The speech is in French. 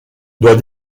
doit